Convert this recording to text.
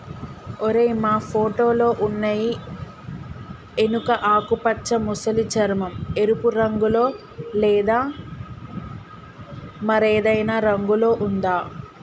ఓరై మా ఫోటోలో ఉన్నయి ఎనుక ఆకుపచ్చ మసలి చర్మం, ఎరుపు రంగులో లేదా మరేదైనా రంగులో ఉందా